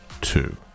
two